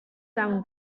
some